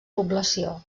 població